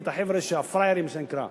את החבר'ה הפרייארים, מה שנקרא,